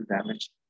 damage